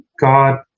God